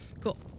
Cool